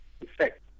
effect